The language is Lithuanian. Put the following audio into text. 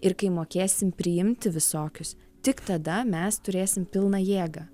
ir kai mokėsim priimti visokius tik tada mes turėsim pilną jėgą